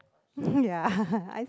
ya I